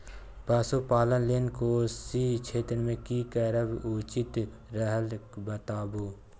पशुपालन लेल कोशी क्षेत्र मे की करब उचित रहत बताबू?